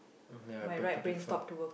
ya I beg to differ